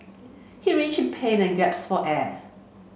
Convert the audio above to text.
he pain and gasped for air